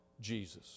Jesus